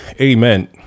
Amen